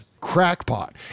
crackpot